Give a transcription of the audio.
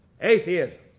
Atheism